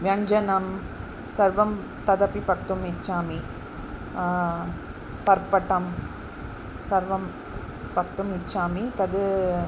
व्यञ्जनं सर्वं तदपि पक्तुम् इच्छामि पर्पटं सर्वं पक्तुम् इच्छामि तद्